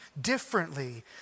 differently